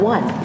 One